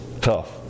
tough